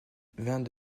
vins